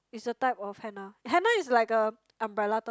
it's a type of henna henna is like a umbrella term